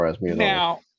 now